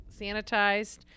sanitized